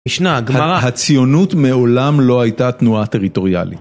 המשנה הגמרא, הציונות מעולם לא הייתה תנועה טריטוריאלית.